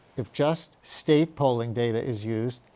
if just state polling data is used,